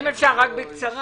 כי לאף אחד לא באמת אכפת,